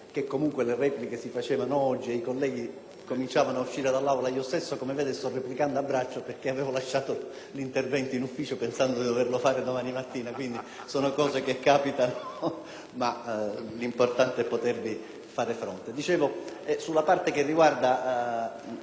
cominciato ad uscire dall'Aula. Io stesso, come vede, sto replicando a braccio, dal momento che avevo lasciato l'intervento in ufficio pensando di doverlo fare domani mattina. Sono cose che capitano, ma l'importante è potervi fare fronte. Sulla parte che riguarda l'immigrazione ci sono certamente